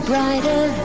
Brighter